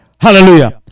hallelujah